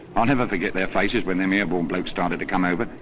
i'll never forget their faces when them airborne blokes started to come over.